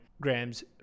grams